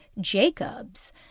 Jacobs